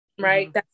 right